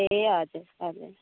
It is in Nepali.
ए हजुर हजुर